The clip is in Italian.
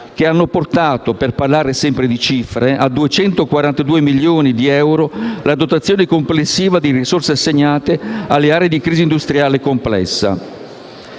che hanno portato - sempre per parlare di cifre - a 242 milioni di euro la dotazione complessiva di risorse assegnate alle aree di crisi industriale complessa.